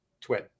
twin